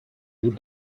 read